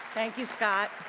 thank you, scott.